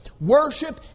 Worship